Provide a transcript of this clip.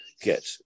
get